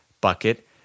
bucket